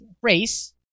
phrase